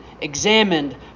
examined